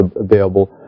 available